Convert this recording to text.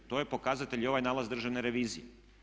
To je pokazatelj i ovaj nalaz državne revizije.